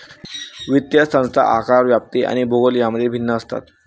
वित्तीय संस्था आकार, व्याप्ती आणि भूगोल यांमध्ये भिन्न असतात